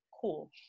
cool